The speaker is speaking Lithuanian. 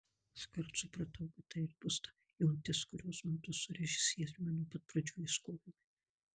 iškart supratau kad tai ir bus ta jungtis kurios mudu su režisieriumi nuo pat pradžių ieškojome